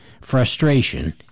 frustration